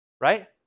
right